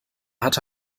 hatte